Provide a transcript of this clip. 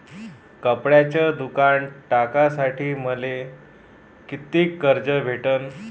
कपड्याचं दुकान टाकासाठी मले कितीक कर्ज भेटन?